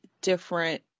different